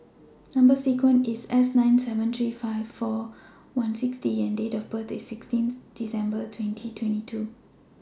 Number sequence IS S nine seven three five four one six D and Date of birth IS sixteen December twenty twenty two